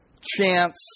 chance